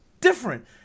different